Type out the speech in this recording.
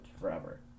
forever